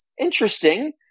interesting